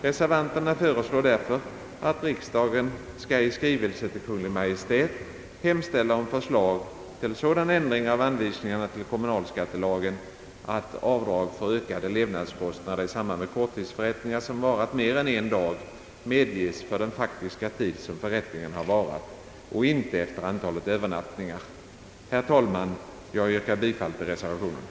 Reservanterna föreslår därför att riksdagen skall i skrivelse till Kungl. Maj:t hemställa om förslag till sådan ändring av anvisningarna till kommunalskattelagen, att avdrag för ökade levnadskostnader i samband med korttidsförrättningar som varat mer än en dag medges för den faktiska tid som förrättningen har varat och inte efter antalet övernattningar. Herr talman! Jag yrkar bifall till reservationen.